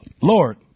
Lord